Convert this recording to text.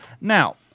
Now